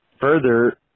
Further